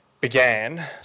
began